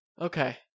Okay